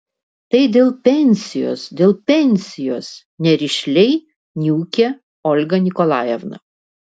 tai dėl pensijos dėl pensijos nerišliai niūkė olga nikolajevna